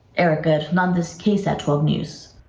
erica fernandez ksat twelve news.